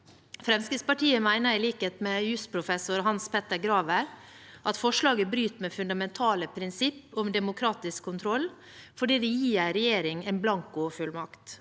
Fremskrittspartiet mener, i likhet med jussprofessor Hans Peter Graver, at forslaget bryter med fundamentale prinsipper om demokratisk kontroll fordi det gir en regjering en blankofullmakt.